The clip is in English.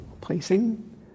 Placing